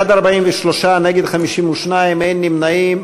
בעד, 43, נגד, 52, אין נמנעים.